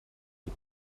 die